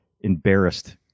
embarrassed